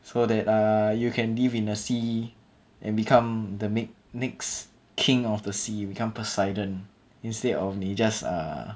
so that uh you can live in the sea and become the next next king of the sea you become poseidon instead of 你 just err